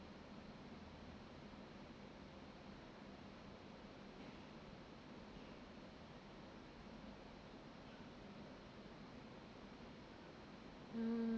mm